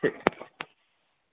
ठीक